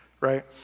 right